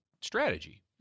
strategy